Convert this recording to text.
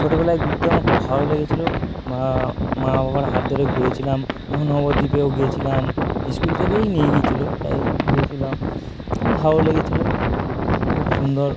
ছোটোবেলায় ঘুরতে আমার খুব ভালো লেগেছিলো মা মা বাবার হাত ধরে ঘুরেছিলাম এবং নবদ্বীপেও গিয়েছিলাম স্কুল থেকেই নিয়ে গিয়েছিল তাই গিয়েছিলাম আমার ভালো লেগেছিলো খুব সুন্দর